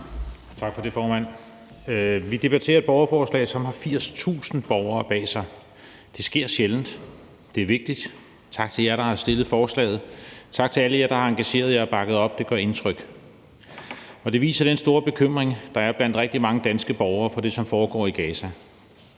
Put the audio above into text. Tak for det, formand. Vi debatterer et borgerforslag, som har 80.000 borgere bag sig. Det sker sjældent. Det er vigtigt. Tak til jer, der har stillet forslaget, og tak til alle jer, der har engageret jer og bakket op. Det gør indtryk, og det viser den store bekymring, der er blandt rigtig mange danske borgere for det, som foregår i Gaza.